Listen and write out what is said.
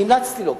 המלצתי לו.